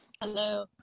Hello